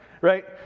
right